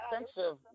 expensive